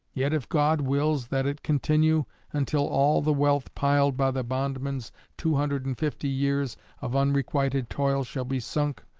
yet if god wills that it continue until all the wealth piled by the bondman's two hundred and fifty years of unrequited toil shall be sunk,